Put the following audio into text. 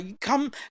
come